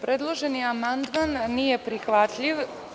Predloženi amandman nije prihvatljiv.